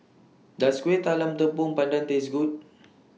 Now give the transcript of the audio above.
Does Kuih Talam Tepong Pandan Taste Good